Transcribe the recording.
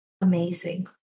amazing